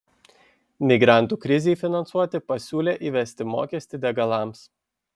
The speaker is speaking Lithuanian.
migrantų krizei finansuoti pasiūlė įvesti mokestį degalams